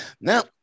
Now